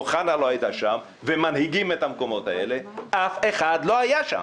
אוחנה לא הייתה שם ומנהיגים את המקומות האלה אז אף אחד לא היה שם.